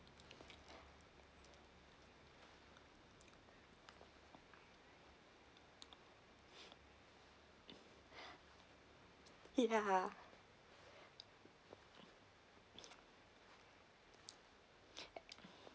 ya